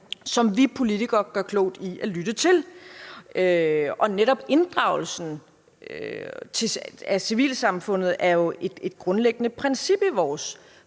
som vi politikere gør klogt i at lytte til. Netop inddragelsen af civilsamfundet er jo et grundlæggende princip i vores